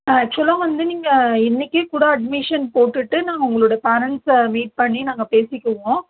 ஆக்ஸ்சுவலாக வந்து நீங்கள் இன்னக்கே கூட அட்மிஷன் போட்டுட்டு நான் உங்களோட பேரன்ட்இஸ்சை மீட் பண்ணி நாங்கள் பேசிக்குவோம்